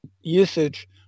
usage